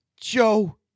Joe